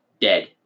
dead